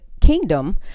kingdom